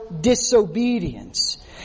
disobedience